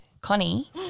Connie